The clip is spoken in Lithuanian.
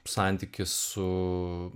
santykis su